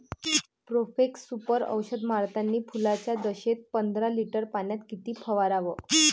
Profex Super औषध मारतानी फुलाच्या दशेत पंदरा लिटर पाण्यात किती फवाराव?